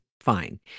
fine